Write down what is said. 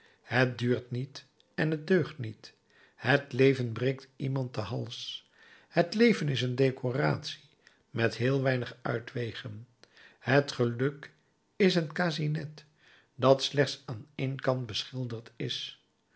het duurt niet en t deugt niet het leven breekt iemand den hals het leven is een decoratie met heel weinig uitwegen het geluk is een chassinet dat slechts aan één kant beschilderd is